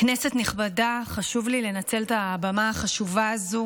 כנסת נכבדה, חשוב לי לנצל את הבמה החשובה הזו